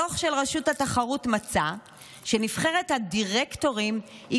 דוח של רשות התחרות מצא שנבחרת הדירקטורים היא